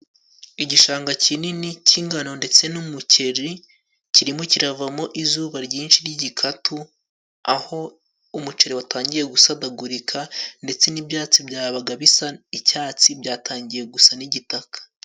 Igishanga kinini cy'ingano ndetse n'umucyeri kirimo kiravamo izuba ryinshi ry'igikatu, aho umuceri watangiye gusatagurika ndetse n'ibyatsi byabaga bisa icyatsi, byatangiye gusa n'igitaka.